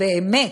באמת,